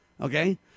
okay